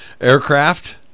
Aircraft